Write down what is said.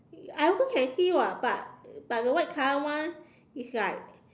I also can see [what] but but the white color one is like